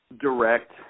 direct